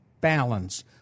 Balance